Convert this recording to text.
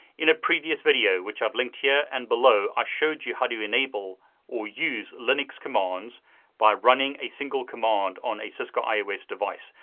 in a previous video, which i've linked here, and below, i showed you how to enable or use linux commands by running a single command on a cisco ios device.